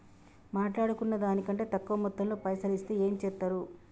మాట్లాడుకున్న దాని కంటే తక్కువ మొత్తంలో పైసలు ఇస్తే ఏం చేత్తరు?